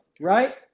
right